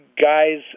guys